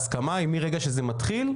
ההסכמה היא מרגע שזה מתחיל,